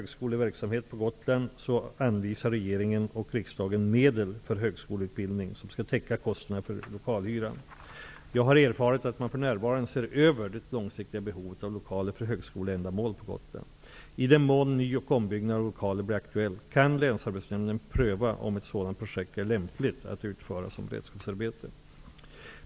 Gotland anvisar regeringen och riksdagen medel för högskoleutbildning som skall täcka kostnaderna för lokalhyran. Jag har erfarit att man för närvarande ser över det långsiktiga behovet av lokaler för högskoleändamål på Gotland. I den mån ny eller ombyggnad av lokaler blir aktuell, kan länsarbetsnämnden pröva om ett sådant projekt är lämpligt att utföra som beredskapsarbete.